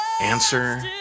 Answer